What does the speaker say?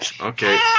Okay